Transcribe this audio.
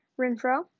Renfro